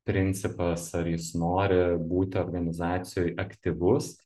principas ar jis nori būti organizacijoj aktyvus